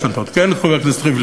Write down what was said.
כן, חבר הכנסת ריבלין.